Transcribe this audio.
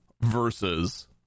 versus